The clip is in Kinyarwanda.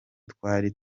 twari